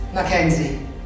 Mackenzie